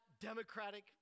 democratic